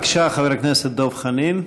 בבקשה, חבר הכנסת דב חנין.